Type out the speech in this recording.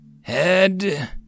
Head